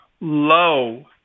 low